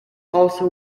also